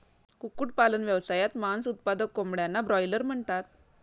कुक्कुटपालन व्यवसायात, मांस उत्पादक कोंबड्यांना ब्रॉयलर म्हणतात